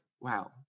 wow